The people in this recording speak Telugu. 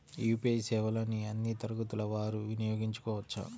యూ.పీ.ఐ సేవలని అన్నీ తరగతుల వారు వినయోగించుకోవచ్చా?